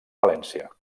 valència